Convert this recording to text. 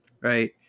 Right